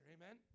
Amen